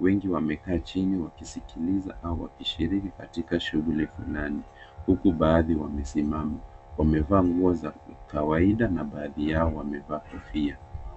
Wengi wamekaa chini wakisikiliza au wakishiriki katika shughuli flani, huku baadhi wamesimama . Wamevaa nguo za kawaida na baadhi yao wamevaa kofia.